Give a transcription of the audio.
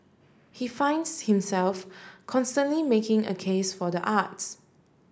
he finds himself constantly making a case for the arts